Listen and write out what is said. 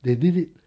they did it